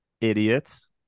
idiots